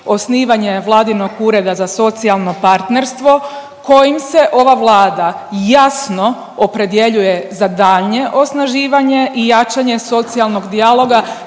osnivanje vladinog ureda za socijalno partnerstvo kojim se ova Vlada jasno opredjeljuje za daljnje osnaživanje i jačanje socijalnog dijaloga